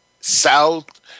South